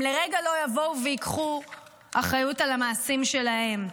הם לרגע לא יבואו וייקחו אחריות על המעשים שלהם.